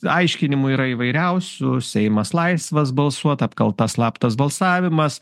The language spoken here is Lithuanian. aiškinimų yra įvairiausių seimas laisvas balsuot apkalta slaptas balsavimas